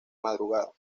madrugada